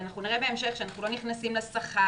אנחנו נראה בהמשך שאנחנו לא נכנסים לשכר,